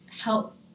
help